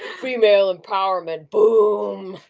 female empowerment, boom!